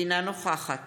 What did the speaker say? אינה נוכחת